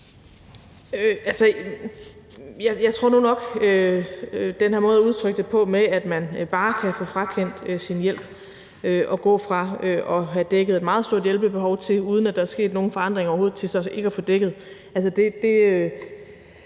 det på, at man bare kan få frakendt sin hjælp og gå fra at få dækket et meget stort hjælpebehov til, uden at der er sket nogen forandringer overhovedet, ikke at være dækket.